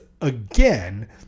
Again